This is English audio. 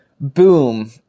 boom